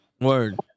Word